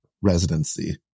residency